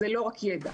זה לא רק ידע,